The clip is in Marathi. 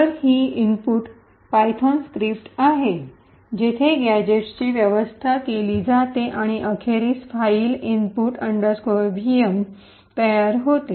तर ही विशिष्ट पायथान स्क्रिप्ट आहे जिथे गॅझेट्सची व्यवस्था केली जाते आणि अखेरीस file input VM input vm तयार होते